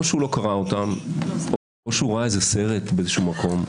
שהוא לא קרא את התוכניות או שהוא ראה איזה סרט באיזשהו מקום.